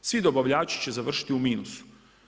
Svi dobavljači će završiti u minusu.